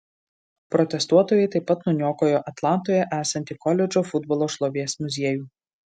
protestuotojai taip pat nuniokojo atlantoje esantį koledžo futbolo šlovės muziejų